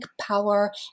power